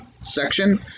section